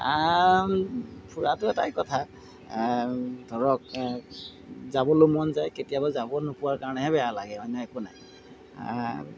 ফুৰাটো এটাই কথা ধৰক যাবলৈ মন যায় কেতিয়াবা যাব নোপোৱাৰ কাৰণেহে বেয়া লাগে অন্য একো নাই